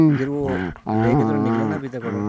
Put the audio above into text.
جی وہ لے کے تو نہیں نکلے نا ابھی تک آڈر